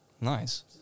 Nice